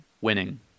winning